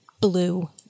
blue